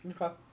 Okay